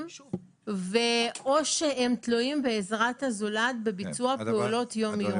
או שתלויים בעזרת הזולת בביצוע פעולות יומיומיות.